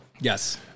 Yes